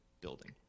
building